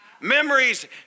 memories